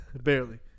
Barely